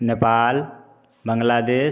Nepal Bangladesh